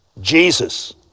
Jesus